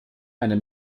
eine